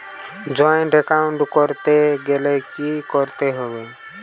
Joint account করতে গেলে কি করতে হবে?